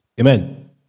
Amen